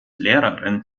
lehrerin